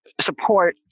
support